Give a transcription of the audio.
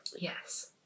Yes